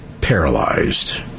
paralyzed